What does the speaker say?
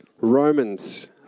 Romans